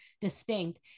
distinct